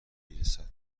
میرسد